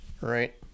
right